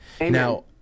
Now